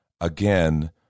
again